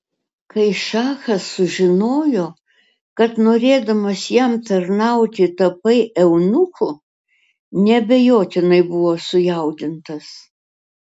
kai šachas sužinojo kad norėdamas jam tarnauti tapai eunuchu neabejotinai buvo sujaudintas